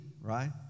right